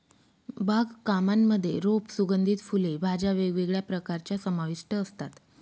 बाग कामांमध्ये रोप, सुगंधित फुले, भाज्या वेगवेगळ्या प्रकारच्या समाविष्ट असतात